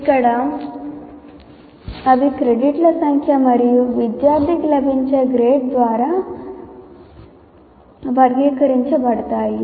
ఇక్కడ అవి క్రెడిట్ల సంఖ్య మరియు విద్యార్థికి లభించే గ్రేడ్ ద్వారా వర్గీకరించబడతాయి